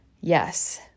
Yes